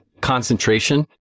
concentration